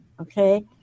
Okay